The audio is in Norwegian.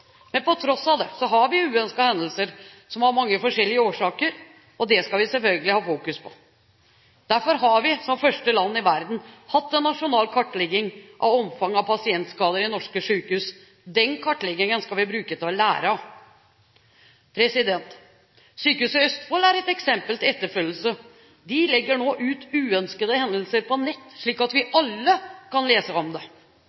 Men på tross av det har vi uønskede hendelser som har mange forskjellige årsaker, og det skal vi selvfølgelig fokusere på. Derfor har vi som første land i verden hatt en nasjonal kartlegging av omfanget av pasientskader i norske sykehus. Den kartleggingen skal vi bruke til å lære av. Sykehuset Østfold er et eksempel til etterfølgelse. De legger nå ut uønskede hendelser på nett, slik at vi